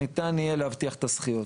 ניתן יהיה להבטיח את הזכיות.